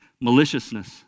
maliciousness